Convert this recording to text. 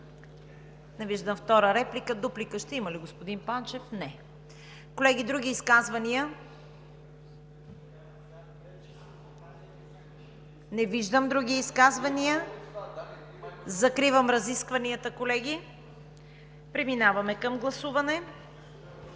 Не виждам. Дуплика ще има ли, господин Панчев? Не. Колеги, други изказвания? Не виждам други изказвания. Закривам разискванията, колеги. Преминаваме към гласуване.